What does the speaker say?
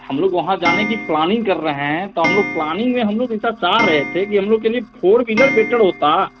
हम लोग वहाँ जाने की प्लानिंग कर रहे हैं तो हम लोग प्लानिंग में हम लोग ऐसा चाह रहे थे कि हम लोग के लिए फोर व्हीलर बेहतर होता